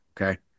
Okay